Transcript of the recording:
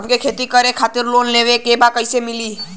हमके खेती करे खातिर लोन लेवे के बा कइसे मिली?